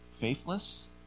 faithless